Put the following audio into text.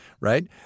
Right